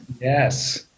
Yes